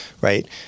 right